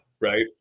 right